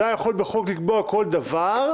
אתה יכול בחוק לקבוע כל דבר,